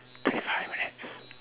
thirty five minutes